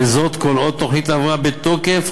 וזאת כל עוד תוכנית ההבראה בתוקף,